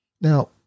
now